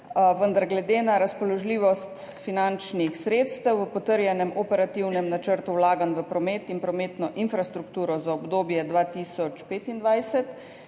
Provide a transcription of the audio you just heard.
vendar glede na razpoložljivost finančnih sredstev v potrjenem operativnem načrtu vlaganj v promet in prometno infrastrukturo za obdobje 2025,